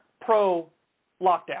pro-lockdown